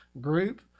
group